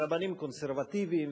ורבנים קונסרבטיבים,